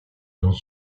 dans